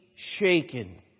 Shaken